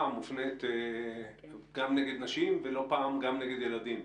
מופנית גם נגד נשים ולא פעם גם נגד ילדים.